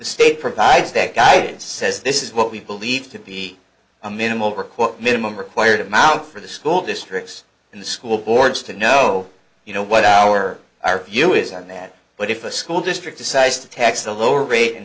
state provides that guidance says this is what we believe to be a minimal required minimum required amount for the school districts and the school boards to no you know what our view is on that but if a school district decides to tax the lower rate